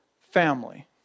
family